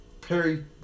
Perry